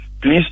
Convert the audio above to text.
please